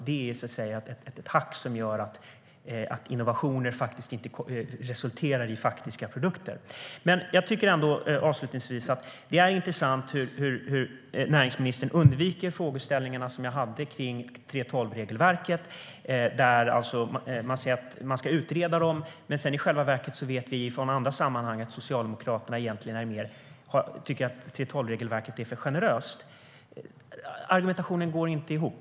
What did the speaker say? Det är ett hack som gör att innovationer inte resulterar i faktiska produkter. Det är intressant hur näringsministern undviker frågeställningarna om 3:12-regelverket. Man säger att de ska utredas, men i själva verket vet vi från andra sammanhang att Socialdemokraterna tycker att 3:12-regelverket är för generöst. Argumentationen går inte ihop.